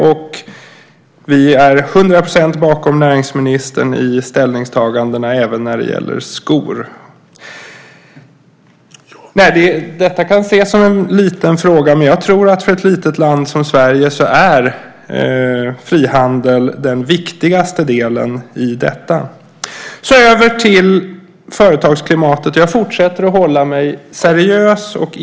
Vi står till hundra procent bakom näringsministern i ställningstagandena även när det gäller skor. Det kan ses som en liten fråga, men jag tror att för ett litet land som Sverige är frihandel den viktigaste delen i detta. Så går jag över till företagsklimatet, och jag fortsätter att hålla mig seriös.